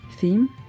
Theme